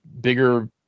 bigger